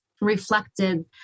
reflected